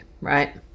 right